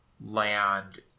land